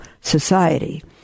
society